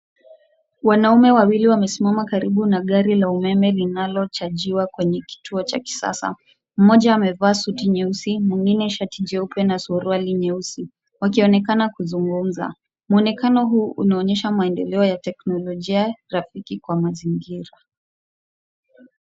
Wanaume wawili wamesimama karibu na gari la umeme linalochanjiwa kwenye kituo cha kisasa, mmoja amevaa suti nyeusi na mwingine shati jeupe na suruali nyeusi, wakionekana kuzungumza, muonekano huu unaonyesha maendeleo ya teknolojia rafiki kwa mazingira.